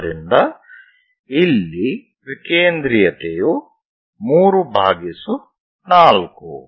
ಆದ್ದರಿಂದ ಇಲ್ಲಿ ವಿಕೇಂದ್ರೀಯತೆಯು 34